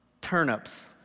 Turnips